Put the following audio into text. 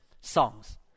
songs